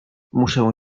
muszę